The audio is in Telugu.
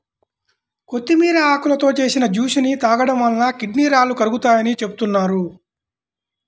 కొత్తిమీర ఆకులతో చేసిన జ్యూస్ ని తాగడం వలన కిడ్నీ రాళ్లు కరుగుతాయని చెబుతున్నారు